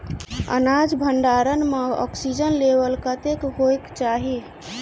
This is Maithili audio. अनाज भण्डारण म ऑक्सीजन लेवल कतेक होइ कऽ चाहि?